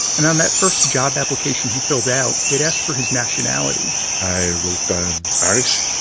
and on that first job application he filled out, it asked for his nationality i wrote down irish,